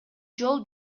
жол